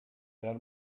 there